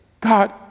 God